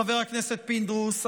חבר הכנסת פינדרוס,